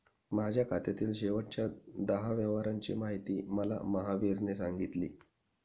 माझ्या खात्यातील शेवटच्या दहा व्यवहारांची माहिती मला महावीरने सांगितली